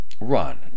Run